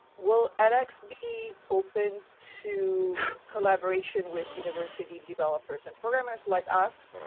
will edx be open to collaboration with university developers and programmers like us,